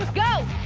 go!